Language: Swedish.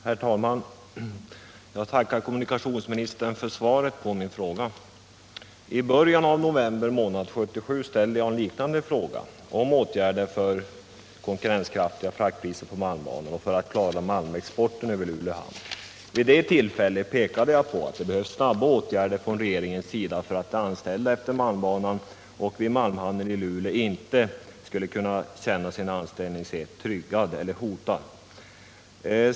Herr talman! Jag tackar kommunikationsministern för svaret på min fråga. I början av november månad 1977 ställde jag en liknande fråga om åtgärder för konkurrenskraftiga fraktpriser på malmbanan för att bl.a. klara malmexporten över Luleå hamn. Vid det tillfället pekade jag på att det behövs snabba åtgärder från regeringens sida för att de anställda längs malmbanan och vid malmhamnen i Luleå inte skulle känna sin anställningstrygghet hotad.